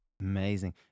Amazing